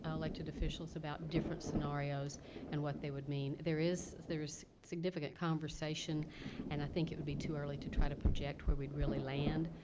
elected officials about different scenarios and what they would mean. there is there is significant conversation and i think it would be too early to try to project where we'd really land.